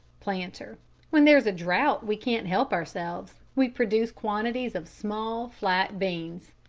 planter when there's a drought we can't help ourselves we produce quantities of small flat beans.